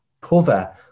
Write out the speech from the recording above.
cover